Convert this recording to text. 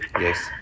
yes